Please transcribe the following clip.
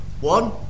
One